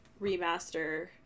remaster